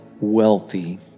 wealthy